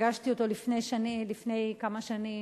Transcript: שפגשתי אותו לפני כמה שנים,